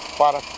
para